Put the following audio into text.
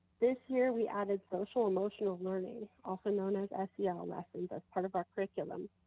this year we added social-emotional learning, often known as as sel lessons, as part of our curriculum.